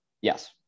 Yes